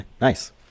nice